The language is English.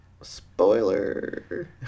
Spoiler